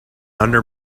under